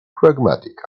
pragmatic